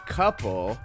couple